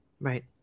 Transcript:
Right